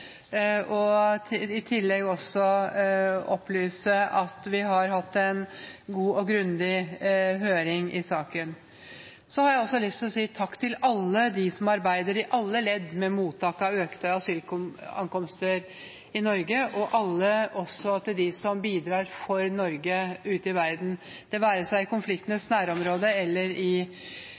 og i tillegg også opplyse at vi har hatt en god og grundig høring i saken. Jeg har også lyst til å si takk til alle dem som arbeider, i alle ledd, med mottak av økte asylankomster i Norge, og også til alle dem som bidrar for Norge ute i verden – det være seg i konfliktenes nærområde eller i